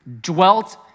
dwelt